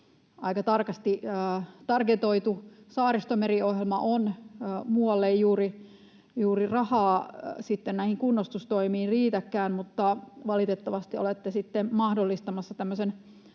Aika tarkasti targetoitu Saaristomeri-ohjelma on, muualle ei juuri rahaa näihin kunnostustoimiin riitäkään, mutta valitettavasti olette sitten mahdollistamassa